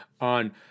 on